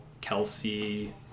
Kelsey